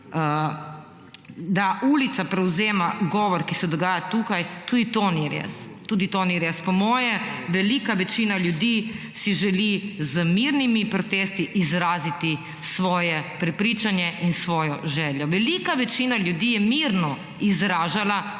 da ulica prevzema govor, ki se dogaja tukaj, tudi to ni res. Tudi to ni res. Po moje velika večina ljudi si želi z mirnimi protesti izraziti svoje prepričanje in svojo željo. Večina večina ljudi je mirno izražala